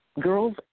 girls